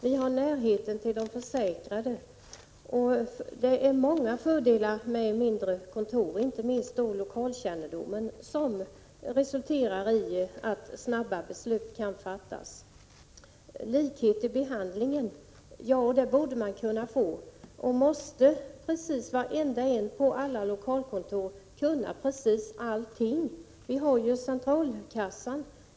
Man har närhet till de försäkrade. Det är många fördelar med mindre kontor, inte minst när det gäller lokalkännedom, som resulterar i att snabba beslut kan fattas. Likhet i behandlingen borde man kunna få. Men måste precis varenda en på lokalkontoret kunna allting? Vi har ju centralkassan.